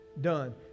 done